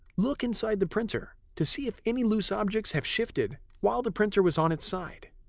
look inside the printer to see if any loose objects have shifted while the printer was on its side.